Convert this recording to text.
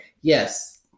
yes